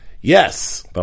Yes